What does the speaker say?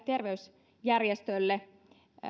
terveysjärjestölle